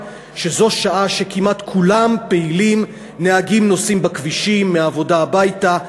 שזאת שעה שבה כמעט כולם פעילים: נהגים נוסעים בכבישים מהעבודה הביתה,